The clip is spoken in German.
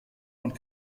und